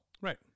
Right